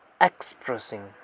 expressing